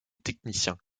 technicien